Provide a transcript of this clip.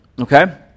Okay